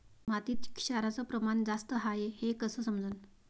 मातीत क्षाराचं प्रमान जास्त हाये हे कस समजन?